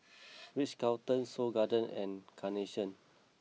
Ritz Carlton Seoul Garden and Carnation